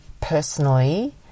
personally